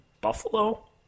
Buffalo